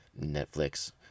Netflix